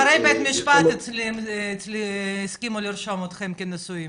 אחרי בית משפט הסכימו לרשום אתכם כנשואים.